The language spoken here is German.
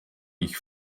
ich